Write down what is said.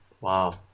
Wow